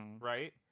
right